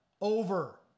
over